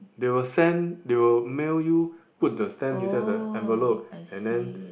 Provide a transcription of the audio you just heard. they will send they will mail you put the stamp inside the envelope and then